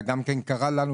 אלא גם קרה לנו,